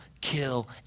kill